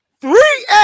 Three